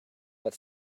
but